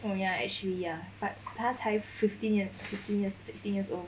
oh ya actually ya but 他才 fifteen years fifteen years sixteen years old